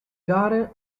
gare